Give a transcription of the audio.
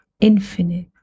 infinite